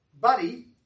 buddy